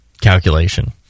calculation